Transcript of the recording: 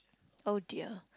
oh dear